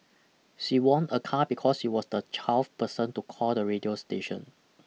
she won a car because she was the twelfth person to call the radio station